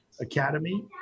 academy